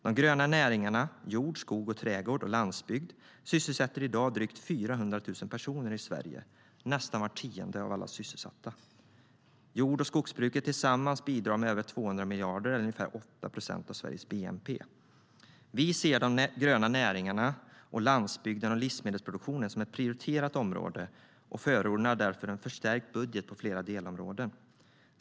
De gröna näringarna - jord, skog, trädgård och landsbygd - sysselsätter i dag drygt 400 000 personer i Sverige, nästan var tionde av alla sysselsatta. Jord och skogsbruket bidrar tillsammans med över 200 miljarder kronor eller ungefär 8 procent av Sveriges bnp.Vi ser de gröna näringarna, landsbygden och livsmedelsproduktionen som ett prioriterat område och förordar därför en förstärkt budget på flera delområden.